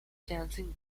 dancing